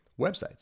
websites